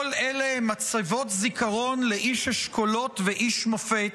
כל אלה הם מצבות זיכרון לאיש אשכולות ואיש מופת